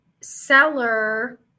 seller